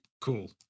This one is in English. cool